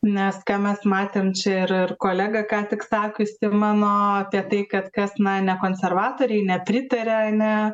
nes ką mes matėm čia ir ir kolega ką tik sakiusi mano apie tai kad kas na ne konservatoriai nepritaria ar ne